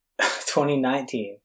2019